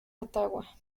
ottawa